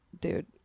dude